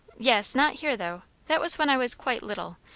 yes. not here, though. that was when i was quite little.